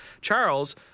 Charles